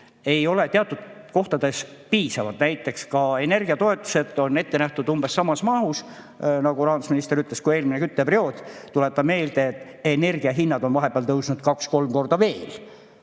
ei ole teatud kohtades piisavad. Näiteks energiatoetused on ette nähtud umbes samas mahus, nagu rahandusminister ütles, kui eelmisel kütteperioodil. Tuletan meelde, et energia hinnad on vahepeal tõusnud kaks-kolm korda.